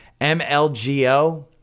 MLGO